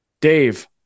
Dave